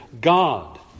God